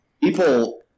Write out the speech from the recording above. People